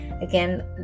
Again